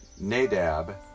Nadab